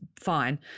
fine